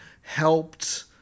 helped